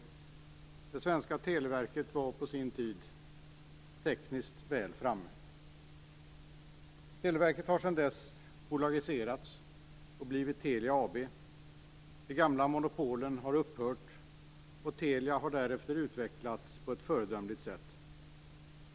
Det svenska televerket var på sin tid tekniskt väl framme. Televerket har sedan bolagiserats och blivit Telia AB. De gamla monopolen har upphört, och Telia har därefter utvecklats på ett föredömligt sätt.